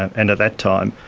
at and that time